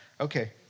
Okay